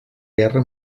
guerra